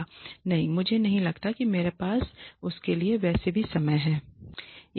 नहीं मुझे नहीं लगता कि मेरे पास उसके लिए वैसे भी समय है